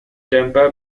tampa